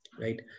right